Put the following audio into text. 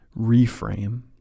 reframe